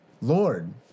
Lord